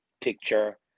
picture